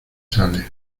sabe